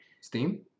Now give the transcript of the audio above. Steam